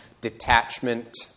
detachment